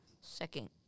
Second